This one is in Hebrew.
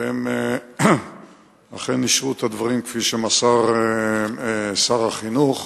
והם אכן אישרו את הדברים שמסר שר החינוך.